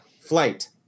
Flight